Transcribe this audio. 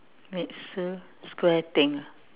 meet Sue square thing ah